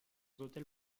hôtels